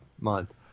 month